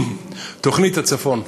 תוכנית הצפון,